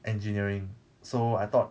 engineering so I thought